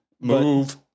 Move